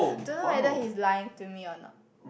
don't know whether he's lying to me or not